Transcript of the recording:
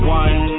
one